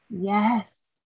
Yes